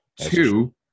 Two